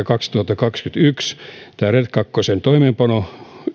kaksituhattakaksikymmentäyksi tämän red kahden toimeenpanon